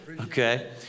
okay